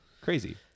crazy